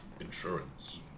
insurance